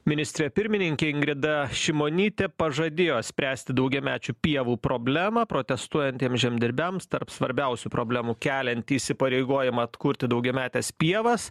ministrė pirmininkė ingrida šimonytė pažadėjo spręsti daugiamečių pievų problemą protestuojantiems žemdirbiams tarp svarbiausių problemų keliantį įsipareigojimą atkurti daugiametes pievas